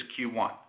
Q1